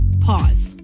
Pause